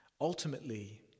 ultimately